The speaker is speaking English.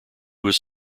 was